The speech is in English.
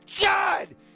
God